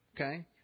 okay